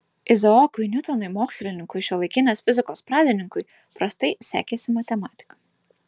izaokui niutonui mokslininkui šiuolaikinės fizikos pradininkui prastai sekėsi matematika